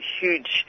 huge